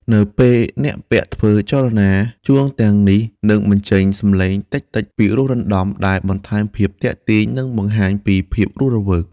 នៅពេលអ្នកពាក់ធ្វើចលនា ជួងទាំងនេះនឹងបញ្ចេញ សំឡេងតិចៗពីរោះរណ្តំ ដែលបន្ថែមភាពទាក់ទាញ និងបង្ហាញពីភាពរស់រវើក។